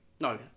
No